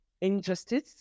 injustice